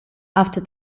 after